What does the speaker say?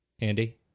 Andy